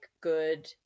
good